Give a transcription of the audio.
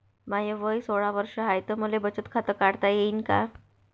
माय वय सोळा वर्ष हाय त मले बचत खात काढता येईन का?